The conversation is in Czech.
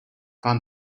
vám